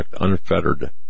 unfettered